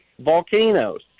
volcanoes